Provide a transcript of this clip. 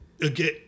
again